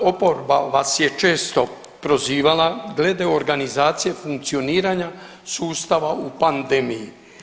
Oporba, oporba vas je često prozivala glede organizacije funkcioniranja sustava u pandemiji.